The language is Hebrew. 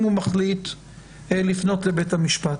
אם הוא מחליט לפנות לבית המשפט.